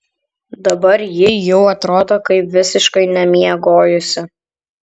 dabar ji jau atrodo kaip visiškai nemiegojusi